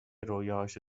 رویاهاشو